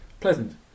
pleasant